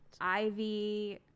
Ivy